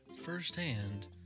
firsthand